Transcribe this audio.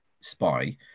spy